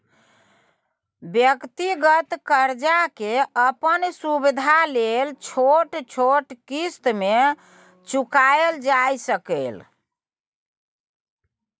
व्यक्तिगत कर्जा के अपन सुविधा लेल छोट छोट क़िस्त में चुकायल जाइ सकेए